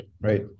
right